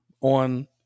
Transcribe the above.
on